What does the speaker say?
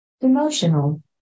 Emotional